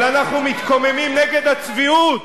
אבל אנחנו מתקוממים נגד הצביעות,